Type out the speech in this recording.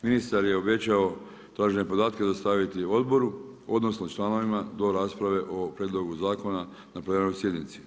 Ministar je obećao tražene podatke dostaviti odboru, odnosno, članovima do rasprave o prijedlogu zakona na plenarnoj sjednici.